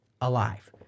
alive